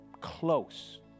close